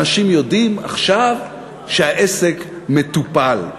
אנשים יודעים עכשיו שהעסק מטופל.